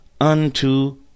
unto